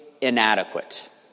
inadequate